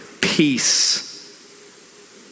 peace